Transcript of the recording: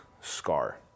scar